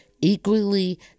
equally